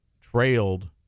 trailed